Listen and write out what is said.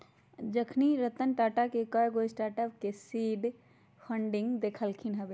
अखनी रतन टाटा कयगो स्टार्टअप के सीड फंडिंग देलखिन्ह हबे